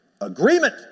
Agreement